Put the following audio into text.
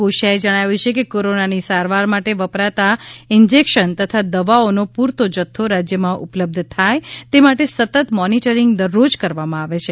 કોશીયાએ જણાવ્યું છે કે કોરોના ની સારવાર માટે વપરાતા ઈજેકશન તથા દવાઓનો પૂરતો જથ્થો રાજયમા ઉપલબ્ધ થાય એ માટે સતત મોનીટરીગ દરરોજ કરવામાં આવે છે